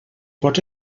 pots